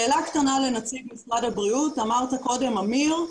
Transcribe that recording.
שאלה קטנה לנציג משרד הבריאות, אמרת קודם, עמיר,